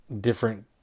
different